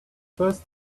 first